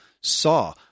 saw